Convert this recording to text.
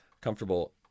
comfortable